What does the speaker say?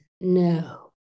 No